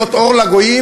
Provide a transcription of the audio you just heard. להיות אור לגויים,